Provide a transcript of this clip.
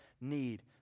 need